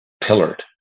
pillared